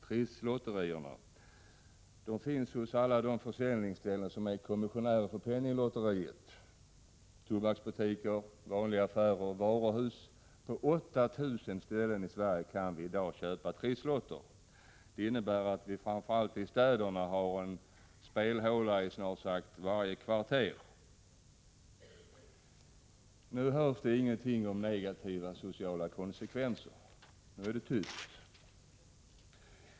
Trisslotterna finns på alla de försäljningsställen som är kommissionärer för Penninglotteriet: tobaksbutiker, vanliga affärer och varuhus. På 8 000 ställen i Sverige kan vi i dag köpa Trisslotter. Det innebär att vi framför allt i städerna har en spelhåla i snart sagt varje kvarter. Men nu sägs det ingenting om negativa sociala konsekvenser — nu är det tyst.